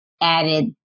added